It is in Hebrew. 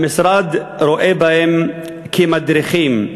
והמשרד רואה בהם מדריכים.